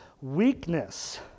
weakness